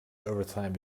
overtime